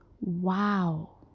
wow